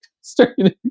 starting